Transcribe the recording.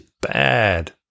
bad